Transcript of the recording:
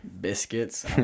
Biscuits